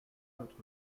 l’autre